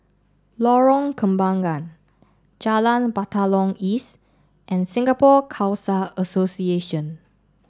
Lorong Kembangan Jalan Batalong East and Singapore Khalsa Association